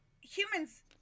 humans